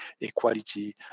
equality